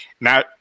Now